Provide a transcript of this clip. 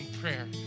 prayer